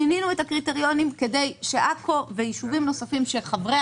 שינינו את הקריטריונים כדי לחזק את עכו וישובים נוספים שחברי